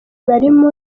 barimo